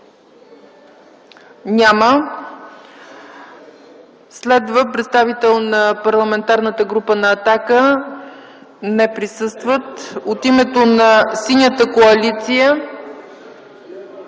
Няма. Следва представител на Парламентарната група на „Атака”. Не присъстват. От името на Синята коалиция